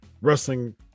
wrestling